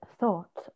thought